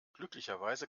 glücklicherweise